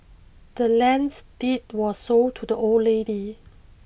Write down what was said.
the land's deed was sold to the old lady